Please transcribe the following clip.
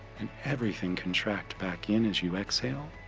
and everything contract back in as you exhale.